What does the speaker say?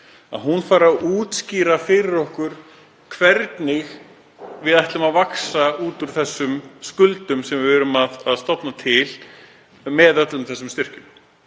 að hún fari að útskýra fyrir okkur hvernig við ætlum að vaxa út úr þessum skuldum sem við erum að stofna til með öllum þessum styrkjum.